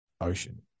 ocean